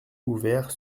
ouvert